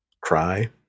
Cry